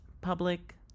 Public